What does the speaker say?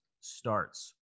starts